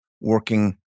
working